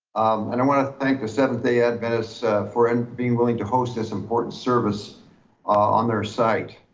and i want to thank the seventh day adventists for and being willing to host this important service on their site.